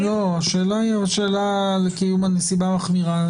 השאלה היא על קיום הנסיבה המחמירה,